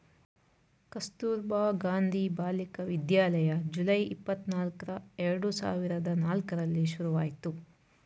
Kasturba Gandhi Balika Vidyalaya July, ಇಪ್ಪತನಲ್ಕ್ರ ಎರಡು ಸಾವಿರದ ನಾಲ್ಕರಲ್ಲಿ ಶುರುವಾಯ್ತು